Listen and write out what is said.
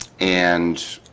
and